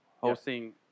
hosting